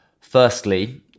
firstly